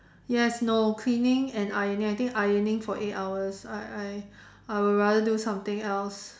yes no cleaning and ironing I think ironing for eight hours I I I would rather do something else